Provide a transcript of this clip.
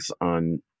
on